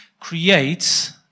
creates